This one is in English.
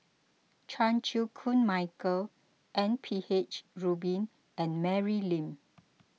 Chan Chew Koon Michael M P H Rubin and Mary Lim